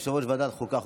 יושב-ראש ועדת החוקה,